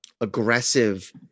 aggressive